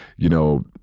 you know,